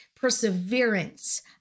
Perseverance